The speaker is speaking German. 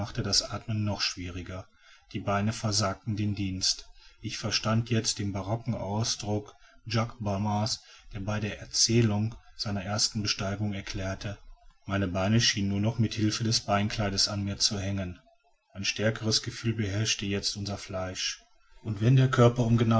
das athmen noch schwieriger die beine versagten den dienst ich verstand jetzt den barocken ausdruck jacques balmat's der bei erzählung seiner ersten besteigung erklärte meine beine schienen nur noch mit hilfe des beinkleids an mir zu hängen ein stärkeres gefühl beherrschte jetzt unser fleisch und wenn der körper